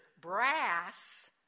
brass